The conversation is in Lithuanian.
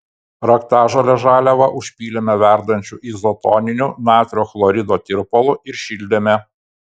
raktažolės žaliavą užpylėme verdančiu izotoniniu natrio chlorido tirpalu ir šildėme